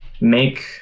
make